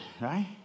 right